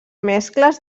mescles